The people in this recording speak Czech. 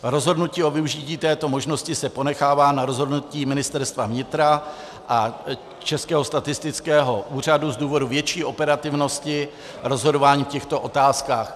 Rozhodnutí o využití této možnosti se ponechává na rozhodnutí Ministerstva vnitra a Českého statistického úřadu z důvodu větší operativnosti rozhodování v těchto otázkách.